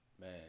man